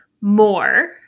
more